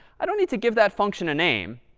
i don't need to give that function a name.